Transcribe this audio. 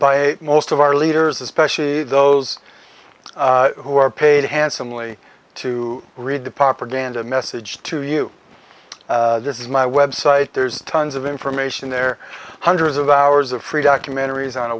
by most of our leaders especially those who are paid handsomely to read the propaganda message to you this is my website there's tons of information there hundreds of hours of free documentaries on a